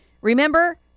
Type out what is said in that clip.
Remember